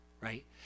Right